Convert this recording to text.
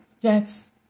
yes